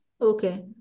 Okay